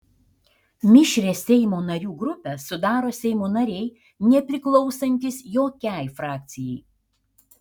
mišrią seimo narių grupę sudaro seimo nariai nepriklausantys jokiai frakcijai